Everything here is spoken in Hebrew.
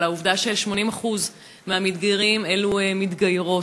על העובדה ש-80% מהמתגיירים הם מתגיירות,